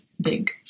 big